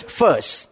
first